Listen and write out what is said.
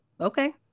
okay